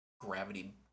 Gravity